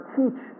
teach